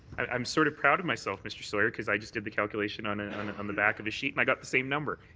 i'm sort of proud of myself, mr. sawyer, because i did the calculation on and on the back of a sheet and i got the same number.